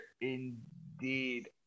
indeed